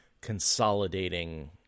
consolidating